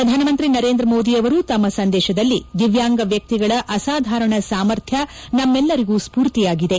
ಪ್ರಧಾನಮಂತ್ರಿ ನರೇಂದ್ರ ಮೋದಿ ಅವರು ತಮ್ನ ಸಂದೇಶದಲ್ಲಿ ದಿವ್ಲಾಂಗ ವ್ಯಕ್ತಿಗಳ ಅಸಾಧಾರಣ ಸಾಮರ್ಥ್ನ ನಮ್ನೆಲ್ಲರಿಗೂ ಸ್ವೂರ್ತಿಯಾಗಿದೆ